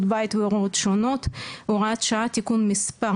בית והוראות שונות) (הוראת שעה) (תיקון מס'